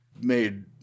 made